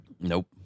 Nope